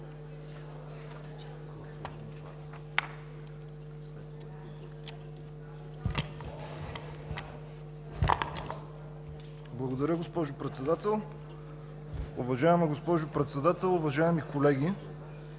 Благодаря, госпожо Председател. Уважаема госпожо Председател, уважаеми колеги!